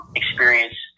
experience